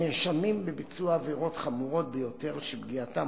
נאשמים בביצוע עבירות חמורות ביותר שפגיעתם